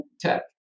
Tech